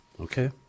Okay